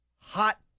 hot